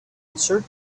answered